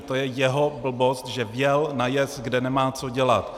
To je jeho blbost, že vjel na jez, kde nemá co dělat.